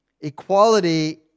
equality